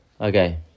okay